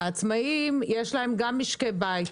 גם לעצמאים יש משקי בית.